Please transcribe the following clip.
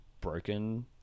broken